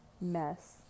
mess